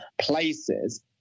places